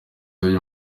w’uyu